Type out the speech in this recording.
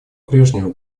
прежнему